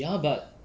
ya but